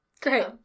great